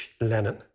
Lenin